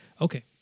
okay